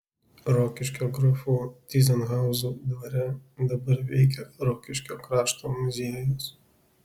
rokiškio grafų tyzenhauzų dvare dabar veikia rokiškio krašto muziejus